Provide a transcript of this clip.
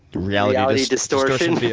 reality distortion?